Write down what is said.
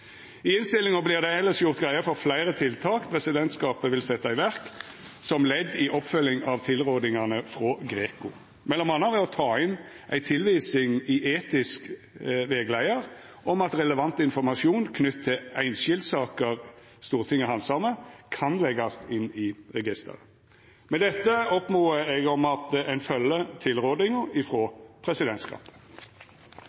I innstillinga vert det elles gjort greie for fleire tiltak presidentskapet vil setja i verk som ledd i oppfølginga av tilrådingane frå Greco, m.a. ved å ta inn ei tilvising i etisk rettleiar om at relevant informasjon knytt til einskildsaker Stortinget handsamar, kan leggjast inn i registeret. Med dette oppmodar eg om at ein følgjer tilrådinga